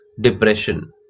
depression